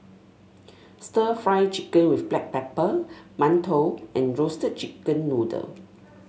stir Fry Chicken with Black Pepper mantou and Roasted Chicken Noodle